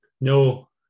No